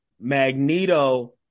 Magneto